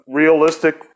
realistic